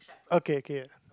okay K K